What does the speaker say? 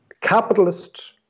capitalist